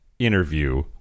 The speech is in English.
Interview